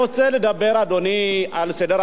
על סדר העדיפויות של הממשלה הזאת